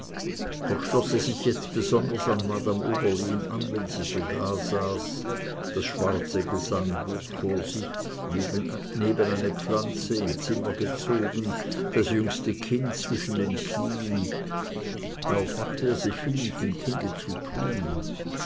doch schloß er sich jetzt besonders an madame oberlin an wenn sie so dasaß das schwarze gesangbuch vor sich neben eine pflanze im zimmer gezogen das jüngste kind zwischen den knieen auch machte er sich viel mit dem kinde zu tun